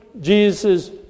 Jesus